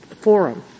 forum